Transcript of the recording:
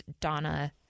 Donna